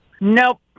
Nope